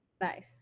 Nice